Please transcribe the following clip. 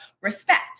respect